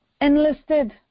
enlisted